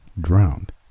drowned